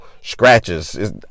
scratches